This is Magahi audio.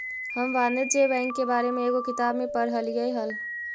हम वाणिज्य बैंक के बारे में एगो किताब में पढ़लियइ हल